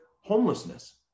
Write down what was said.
homelessness